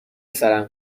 سرم